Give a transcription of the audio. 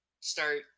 start